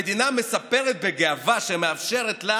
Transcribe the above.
המדינה מספרת בגאווה שהיא מאפשרת לה